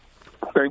Thank